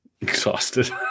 exhausted